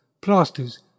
plasters